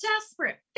desperate